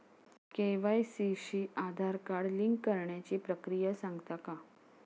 KYC शी Aadhaar card link करण्याची प्रक्रिया सांगता का?